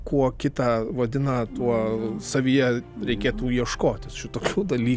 kuo kitą vadina tuo savyje reikėtų ieškotis šitokių daly